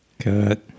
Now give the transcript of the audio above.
Good